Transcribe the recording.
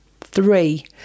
Three